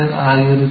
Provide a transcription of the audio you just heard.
ಆಗಿರುತ್ತದೆ